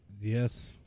Yes